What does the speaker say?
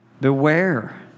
Beware